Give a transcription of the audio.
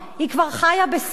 היא כבר חיה בסרט.